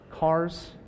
cars